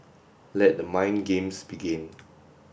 let the mind games begin